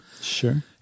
Sure